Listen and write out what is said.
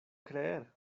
creer